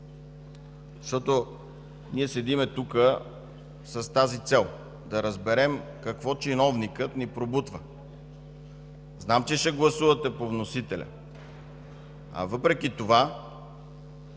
защото ние седим тук с тази цел – да разберем какво чиновникът ни пробутва? Знам, че ще гласувате по вносителя, въпреки това